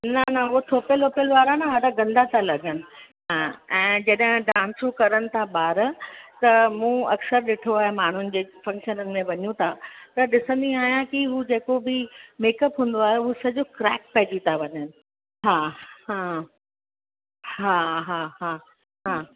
न न हू थोपियल वोपियल वारा ॾाढा गंदा था लॻंन हा ऐं जॾें डांसूं करण था ॿार त मूं अक्सरु ॾिठो आहे माण्हूनि जे फ़क्शननि में वञूं था त ॾिसंदी आहियां हू जेको बि मेकअप हूंदो आहे हू सॼो क्रेक पइजी था वञनि हा हं हा हा हा हा